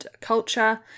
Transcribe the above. culture